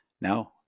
no